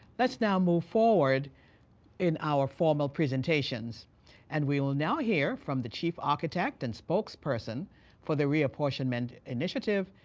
let's now move forward in our formal presentations and we will now hear from the chief architect and spokesperson for the reapportionment initiative,